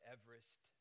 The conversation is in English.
Everest